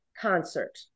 concert